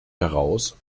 heraus